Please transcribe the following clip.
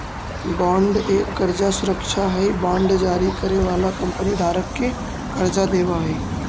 bond एक कर्जा सुरक्षा हई बांड जारी करे वाला कंपनी धारक के कर्जा देवऽ हई